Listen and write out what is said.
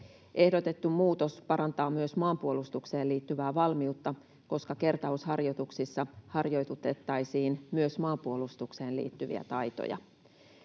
Ehdotettu muutos parantaa myös maanpuolustukseen liittyvää valmiutta, koska kertausharjoituksissa harjoitutettaisiin myös maanpuolustukseen liittyviä taitoja.